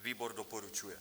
Výbor doporučuje.